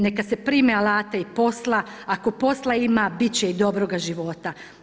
Neka se prime alata i posla, ako posla ima, bit će i dobroga života.